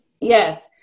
Yes